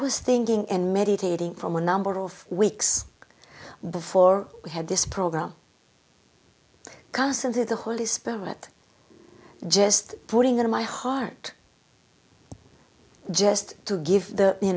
was thinking in meditating from a number of weeks before we had this program consider the holy spirit just putting in my heart just to give the you